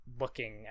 looking